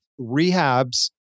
rehabs